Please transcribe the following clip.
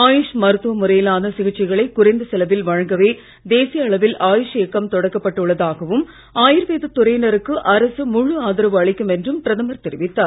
ஆயுஷ் மருத்துவ முறையிலான சிகிச்சைகளை குறைந்த செலவில் வழங்கவே தேசிய அளவில் ஆயுஷ் இயக்கம் தொடக்கப்பட்டு உள்ளதாகவும் ஆயுர்வேதத் துறையினருக்கு அரசு முழு ஆதரவு அளிக்கும் என்றும் பிரதமர் தெரிவித்தார்